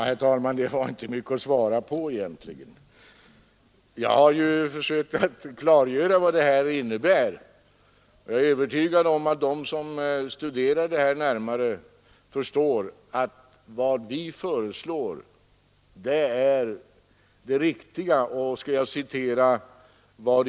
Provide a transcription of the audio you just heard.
Herr talman! Det var inte mycket att svara på egentligen. Jag har ju försökt att klargöra vad vårt förslag innebär. Jag är övertygad om att de som studerar ärendet närmare förstår att det som vi föreslår är det riktiga.